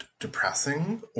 depressing